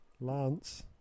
Lance